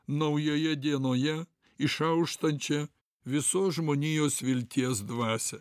naujoje dienoje išauštančią visos žmonijos vilties dvasią